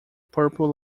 purple